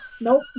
nope